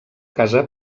casa